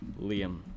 Liam